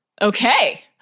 Okay